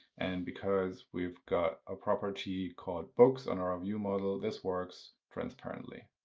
and because we've got a property called books on our view model, this works transparently.